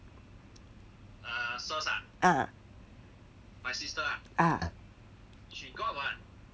ah ah